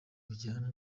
bijyanye